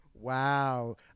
Wow